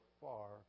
far